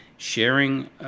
sharing